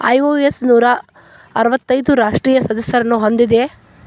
IOS ನೂರಾ ಅರ್ವತ್ತೈದು ರಾಷ್ಟ್ರೇಯ ಸದಸ್ಯರನ್ನ ಹೊಂದೇದ